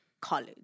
college